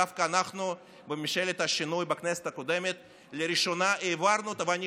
דווקא אנחנו בממשלת השינוי בכנסת הקודמת העברנו אותה לראשונה.